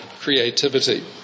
creativity